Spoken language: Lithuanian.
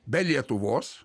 be lietuvos